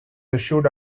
issued